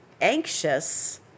anxious